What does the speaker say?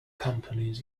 companies